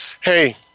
hey